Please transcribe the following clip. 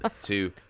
two